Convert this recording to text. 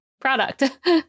product